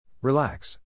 Relax